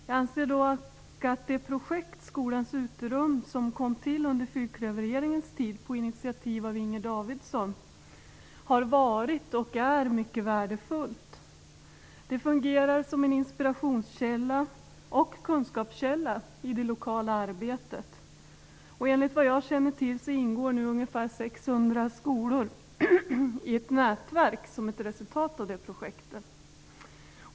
Jag anser dock att det projekt - Skolans uterum - som kom till under fyrklöverregeringens tid på initiativ av Inger Davidson har varit och är mycket värdefullt. Det fungerar som en inspirationskälla och kunskapskälla i det lokala arbetet. Enligt vad jag känner till ingår nu ca 600 skolor i ett nätverk som ett resultat av projektet.